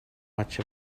much